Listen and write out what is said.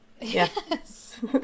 Yes